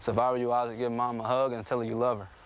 so if i were you, i'd just give mom a hug and tell her you love